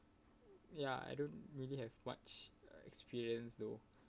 ya I don't really have much uh experience though